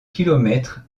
kilomètres